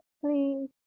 please